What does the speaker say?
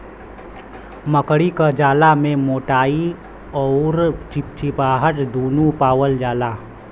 मकड़ी क जाला में मोटाई अउर चिपचिपाहट दुन्नु पावल जाला